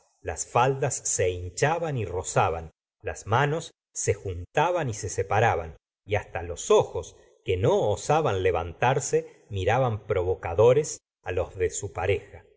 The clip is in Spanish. las faldas se hinchaban y rozaban las manos se juntaban y se separaban y hasta los ojos que no osaban levantarse miraban provocadores los de su pareja